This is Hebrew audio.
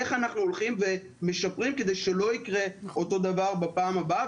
איך אנחנו הולכים ומשפרים כדי שלא יקרה אותו דבר בפעם הבאה.